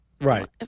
right